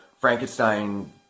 Frankenstein